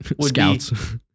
Scouts